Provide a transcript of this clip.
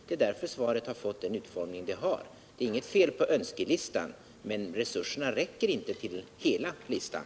Det är därför som svaret har fått den utformning som det har. Det är inget fel på önskelistan, men resurserna räcker inte till för att tillgodose hela listan.